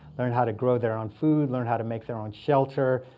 learn how to grow their own food, learn how to make their own shelter,